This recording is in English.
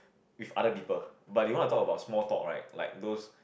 with other people but they won't talk about small talk right like those